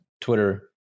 Twitter